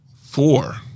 four